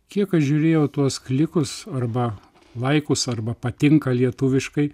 kiek aš žiūrėjau tuos klikus arba laikus arba patinka lietuviškai